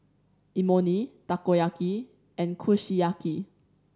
Imoni Takoyaki and Kushiyaki